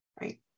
right